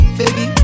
baby